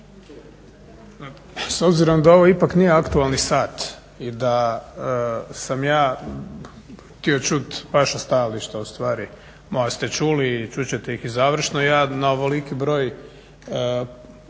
S obzirom da ovo ipak nije aktualni sat i da sam ja htio čuti vaša stajališta ustvari, moja ste čuli i čut ćete ih i završno, ja na ovoliki broj